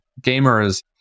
gamers